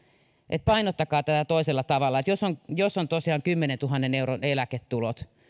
että painottakaa tätä toisella tavalla jos on tosiaan kymmenentuhannen euron eläketulot